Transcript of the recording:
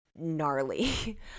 gnarly